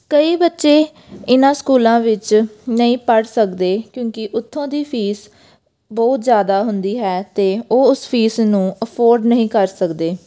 ਕਈ ਬੱਚੇ ਇਹਨਾਂ ਸਕੂਲਾਂ ਵਿੱਚ ਨਹੀਂ ਪੜ੍ਹ ਸਕਦੇ ਕਿਉਂਕਿ ਉੱਥੋਂ ਦੀ ਫੀਸ ਬਹੁਤ ਜ਼ਿਆਦਾ ਹੁੰਦੀ ਹੈ ਅਤੇ ਉਹ ਉਸ ਫੀਸ ਨੂੰ ਅਫੋਰਡ ਨਹੀਂ ਕਰ ਸਕਦੇ